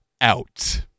out